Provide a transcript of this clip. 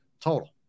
Total